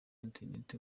internet